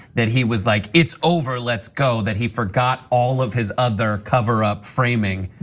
that he was like, it's over. let's go. that he forgot all of his other cover up framing,